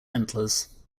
antlers